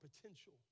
potential